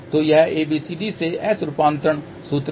तो यह ABCD से S रूपांतरण सूत्र है